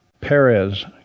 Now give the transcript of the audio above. Perez